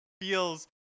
feels